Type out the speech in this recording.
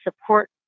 support